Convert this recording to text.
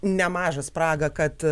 nemažą spragą kad